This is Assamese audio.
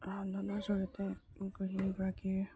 ৰন্ধনৰ জৰিয়তে গৃহিণীগৰাকীৰ